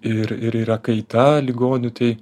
ir ir yra kaita ligonių tai